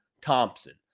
Thompson